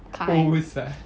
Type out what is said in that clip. holes ah